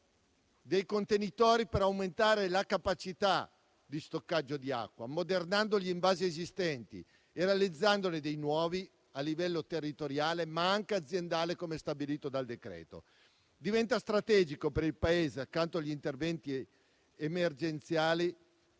dei contenitori per aumentare la capacità di stoccaggio dell'acqua, ammodernando gli invasi esistenti e realizzandone di nuovi a livello territoriale, ma anche aziendale, come stabilito dal decreto. Diventa strategico per il Paese, accanto agli interventi emergenziali,